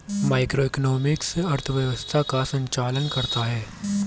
macroeconomics अर्थव्यवस्था का संचालन करता है